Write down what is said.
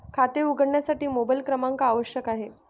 खाते उघडण्यासाठी मोबाइल क्रमांक आवश्यक आहे